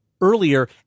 earlier